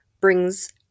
brings